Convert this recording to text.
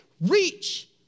reach